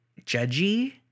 judgy